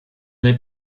n’est